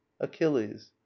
achilles